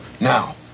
Now